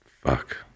Fuck